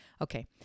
okay